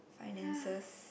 finances